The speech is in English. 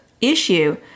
issue